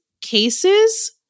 cases